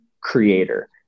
creator